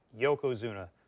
yokozuna